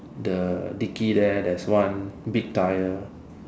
the dickie there there's one big tyre